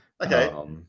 Okay